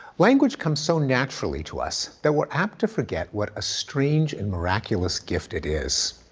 language comes so naturally to us that we're apt to forget what a strange and miraculous gift it is.